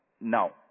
Now